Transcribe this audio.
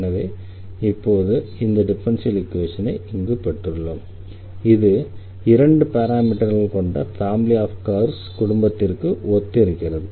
எனவே இப்போது இந்த டிஃபரன்ஷியல் ஈக்வேஷனை இங்கே பெற்றுள்ளோம் இது இரண்டு பாராமீட்டர்கள் கொண்ட ஃபேமிலி ஆஃப் கர்வ்ஸ் குடும்பத்திற்கு ஒத்திருக்கிறது